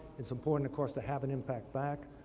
it's important, of course, to have an impact back.